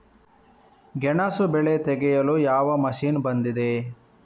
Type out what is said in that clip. ಗೆಣಸು ಬೆಳೆ ತೆಗೆಯಲು ಯಾವ ಮಷೀನ್ ಬಂದಿದೆ?